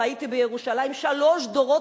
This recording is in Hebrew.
ראיתי בירושלים שלושה דורות,